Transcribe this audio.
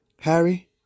Harry